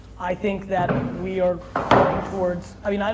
i think that we are going towards, i mean,